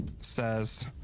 says